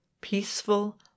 peaceful